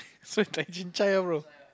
so it's like chin-cai lah bro